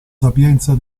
sapienza